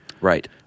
Right